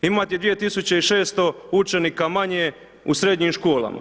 Imate 2600 učenika manje u srednjim školama.